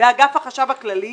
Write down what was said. באגף החשב הכללי,